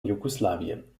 jugoslawien